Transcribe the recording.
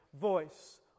voice